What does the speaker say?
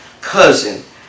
cousin